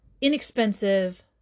inexpensive